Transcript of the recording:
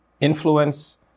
influence